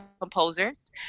composers